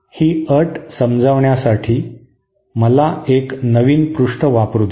ही अट समजावण्यासाठी मला एक नवीन पृष्ठ वापरु द्या